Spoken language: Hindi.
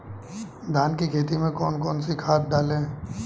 धान की खेती में कौन कौन सी खाद डालें?